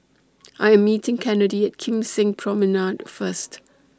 I Am meeting Kennedy At Kim Seng Promenade First